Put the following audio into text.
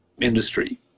industry